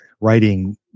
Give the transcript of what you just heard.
writing